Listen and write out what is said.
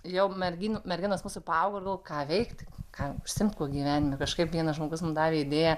jau merginų merginos mūsų paauglio ir galvojau ką veikti ką užsiimt kuo gyvenime kažkaip vienas žmogus mum davė idėją